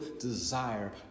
desire